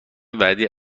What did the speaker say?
وعده